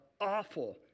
awful